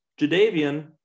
Jadavian